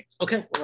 Okay